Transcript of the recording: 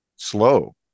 slow